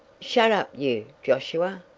shet up, you, josiah!